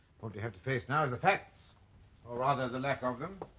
what you have to face now is the facts or rather the lack of them.